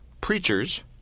Preachers